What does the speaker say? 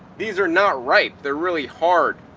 these are not ripe, they're really hard.